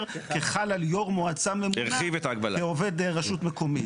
כחל על יו"ר מועצה ממונה כעובד רשות מקומית.